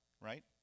right